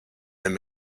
and